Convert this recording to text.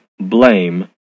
Blame